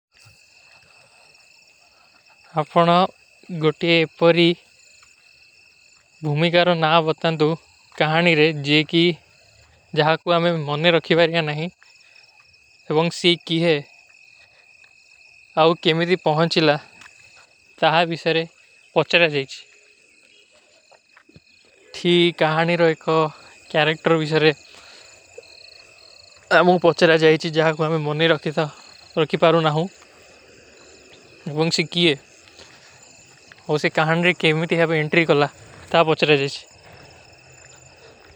ଅପନା ଗୋଟେ, ପରୀ, ଭୁମିକାରୋଂ ନା ବତାଂତୋ, କହାନୀରେ, ଜେ କୀ ଜହାଂ କୋ ଆମେଂ ମନନେ ରଖୀ ବାରେଂ ନହୀଂ। ଏବଂଗ ସୀ କୀ ହୈ ଆଉ କେମିଦୀ ପହନ ଚିଲା, ତହାଂ ଭୀ ସରେ ପଚ୍ଚରା ଜାଈଚୀ। ଅପନା ଗୋଟେ, ପରୀ, ଭୁମିକାରୋଂ ନା ବତାଂତୋ, କହାନୀରେ, ଜେ କୀ ଜହାଂ କୋ ଆମେଂ ମନନେ ରଖୀ ବାରେଂ ନହୀଂ। ଏବଂଗ ସୀ କୀ ହୈ ଆଉ କେମିଦୀ ପହନ ଚିଲା, ତହାଂ ଭୀ ସରେ ପଚ୍ଚରା ଜାଈଚୀ।